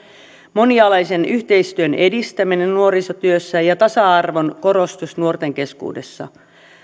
monialaisen yhteistyön edistäminen nuorisotyössä ja tasa arvon korostus nuorten keskuudessa